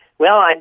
well, and